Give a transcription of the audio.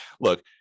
look